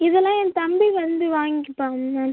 இதெலாம் என் தம்பி வந்து வாங்கிப்பான் மேம்